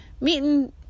meeting